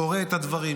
קורא את הדברים,